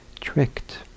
tricked